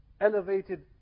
elevated